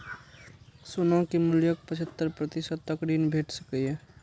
सोना के मूल्यक पचहत्तर प्रतिशत तक ऋण भेट सकैए